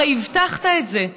הרי הבטחת את זה.